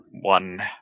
one